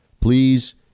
Please